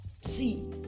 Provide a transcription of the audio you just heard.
See